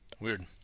Weird